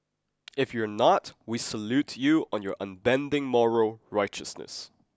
if you're not we salute you on your unbending moral righteousness